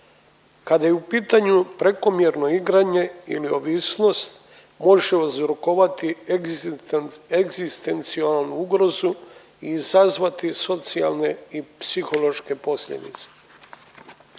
Kada je u pitanju prekomjerno igranje ili ovisnost može uzrokovati egzistencijalnu ugrozu i izazvati socijalne i psihološke posljedice.